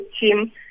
team